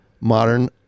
modern